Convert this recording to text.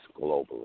globally